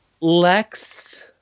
Lex